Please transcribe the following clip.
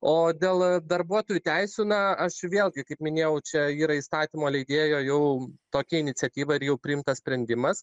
o dėl darbuotojų teisių na aš vėlgi kaip minėjau čia yra įstatymo leidėjo jau tokia iniciatyva ir jau priimtas sprendimas